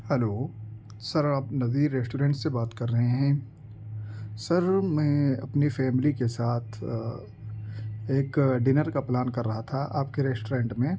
hello sir آپ Nazir restaurant سے بات کر رہے ہیں سر میں اپنی فیملی کے ساتھ ایک ڈنر کا پلان کر رہا تھا آپ کے ریسٹورینٹ میں